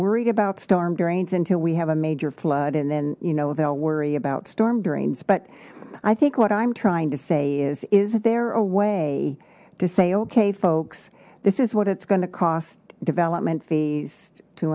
worried about storm drains until we have a major flood and then you know they'll worry about storm drains but i think what i'm trying to say is is there a way to say okay folks this is what it's going to cost development fees two